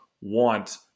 want